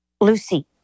Lucy